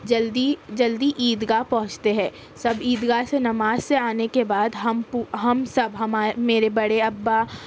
جلدی جلدی عید گاہ پہنچتے ہیں سب عید گاہ سے نماز سے آنے کے بعد ہم ہم سب ہمارے میرے بڑے ابّا